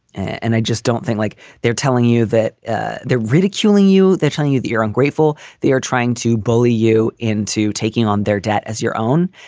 and i just don't think like they're telling you that ah they're ridiculing you. they're telling you that you're ungrateful. they are trying to bully you into taking on their debt as your own.